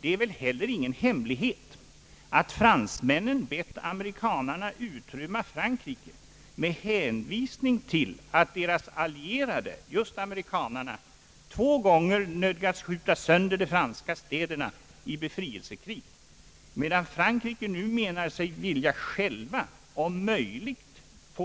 Det är väl heller ingen hemlighet att fransmännen bett amerikanerna utrymma Frankrike med hänvisning till att deras allierade, just amerikanerna, två gånger nödgats skjuta sönder de franska städerna i befrielsekrig, medan Frankrike nu menar sig vilja självt om möjligt